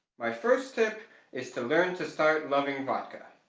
my first tip is to learn to start loving vodka.